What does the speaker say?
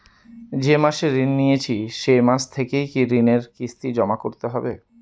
যে মাসে ঋণ নিয়েছি সেই মাস থেকেই কি ঋণের কিস্তি জমা করতে হবে?